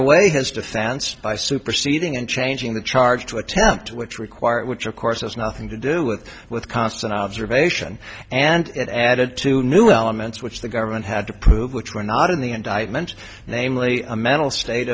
away his defense by superseding and changing the charge to attempt which required which of course has nothing to do with with constant observation and added to new elements which the government had to prove which were not in the indictment namely a mental state